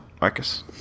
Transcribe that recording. Marcus